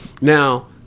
Now